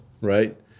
right